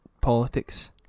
politics